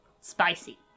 Spicy